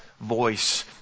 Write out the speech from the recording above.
voice